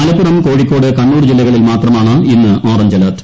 മലപ്പുറം കോഴിക്കോട് കണ്ണൂർ ജില്ലകളിൽ മാത്രമാണ് ഇന്ന് ഓറഞ്ച് അലർട്ട്